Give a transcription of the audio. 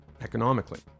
economically